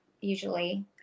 usually